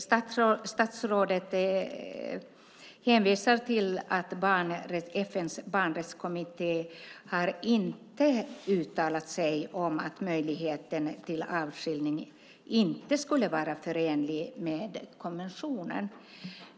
Statsrådet hänvisar till att FN:s barnrättskommitté inte har uttalat sig om att möjligheten till avskiljning inte skulle vara förenlig med konventionen.